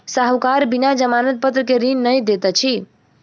साहूकार बिना जमानत पत्र के ऋण नै दैत अछि